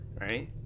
right